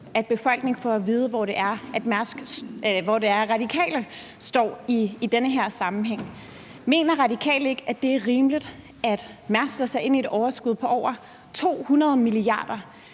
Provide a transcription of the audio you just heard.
at befolkningen får at vide, hvor Radikale står i den her sammenhæng. Mener Radikale ikke, at det er rimeligt, at vi, når Mærsk ser ind i et overskud på over 200 mia. kr.